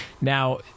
Now